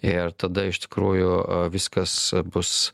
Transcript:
ir tada iš tikrųjų viskas bus